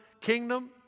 kingdom